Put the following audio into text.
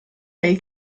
dei